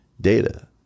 data